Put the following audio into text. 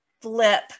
flip